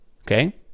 okay